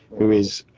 who is